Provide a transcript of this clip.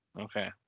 Okay